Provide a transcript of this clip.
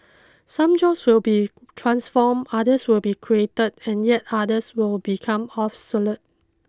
some jobs will be transformed others will be created and yet others will become obsolete